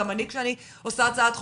כי גם אני כשאני מכינה הצעת חוק,